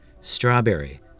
strawberry